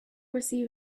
receive